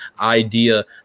idea